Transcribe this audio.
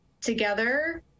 together